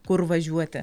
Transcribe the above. kur važiuoti